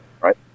Right